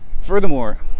furthermore